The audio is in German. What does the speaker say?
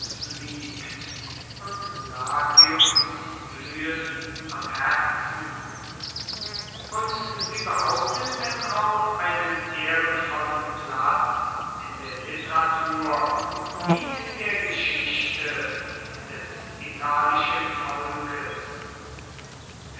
liegt und latiums blühen am herzen und sie behaupten denn auch einen ehrenvollen platz in der literatur wie in der geschichte des italischen volkes